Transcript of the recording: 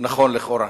נכון לכאורה.